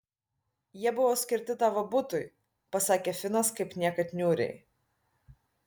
jie buvo skirti tavo butui pasakė finas kaip niekad niūriai